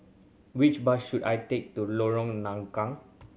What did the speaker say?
which bus should I take to Lorong Nangka